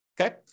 Okay